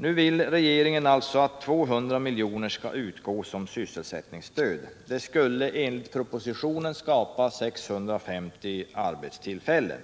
Nu vill regeringen alltså att 200 milj.kr. skall utgå som sysselsättningsstöd. Det skulle enligt propositionen skapa 650 arbetstillfällen.